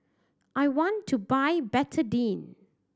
I want to buy Betadine